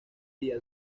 día